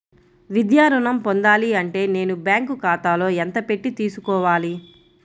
విద్యా ఋణం పొందాలి అంటే నేను బ్యాంకు ఖాతాలో ఎంత పెట్టి తీసుకోవాలి?